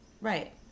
Right